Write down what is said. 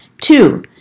Two